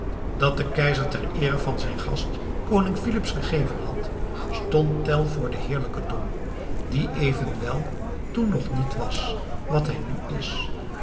dat de keizer ter eere van zijn gast koning filips gegeven had stond tell voor den heerlijken dom die evenwel toen nog niet was wat hij nu is